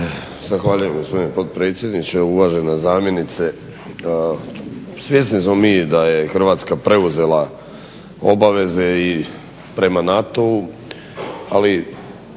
Zahvaljujem gospodine potpredsjedniče, uvažena zamjenice. Svjesni smo mi da je Hrvatska preuzela obaveze i prema NATO-u ali